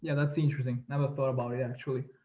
and that's interesting. never thought about it actually.